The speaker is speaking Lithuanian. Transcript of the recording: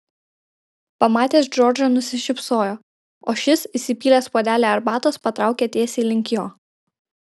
pamatęs džordžą nusišypsojo o šis įsipylęs puodelį arbatos patraukė tiesiai link jo